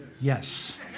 Yes